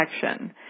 protection